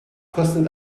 kostet